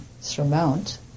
surmount